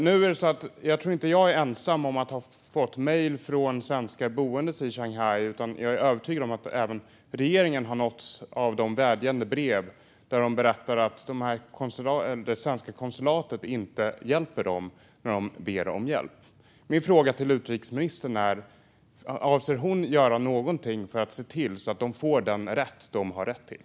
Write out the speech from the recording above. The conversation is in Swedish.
Jag tror inte att jag är ensam om att ha fått mejl från svenskar boende i Shanghai, utan jag är övertygad om att även regeringen har nåtts av vädjande brev där de berättar att det svenska konsulatet inte hjälper dem när de ber om det. Min fråga till utrikesministern är: Avser hon att göra något för att se till att de får den hjälp de har rätt till?